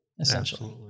Essentially